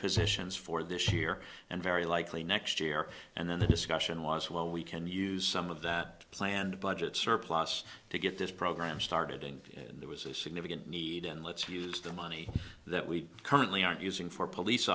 positions for this year and very likely next year and then the discussion was well we can use some of that planned budget surplus to get this program started and there was a significant need and let's use the money that we currently aren't using for police